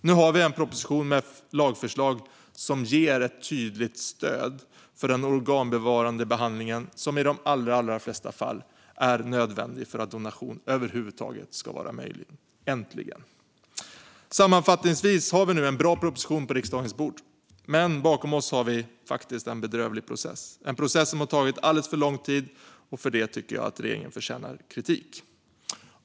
Nu har vi en proposition med lagförslag som ger ett tydligt stöd för den organbevarande behandling som i de allra flesta fall är nödvändig för att donation över huvud taget ska vara möjlig. Äntligen! Sammanfattningsvis har vi nu en bra proposition på riksdagens bord, men bakom oss har vi en bedrövlig process, en process som har tagit alldeles för lång tid. För det tycker jag att regeringen förtjänar kritik.